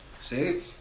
see